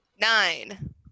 Nine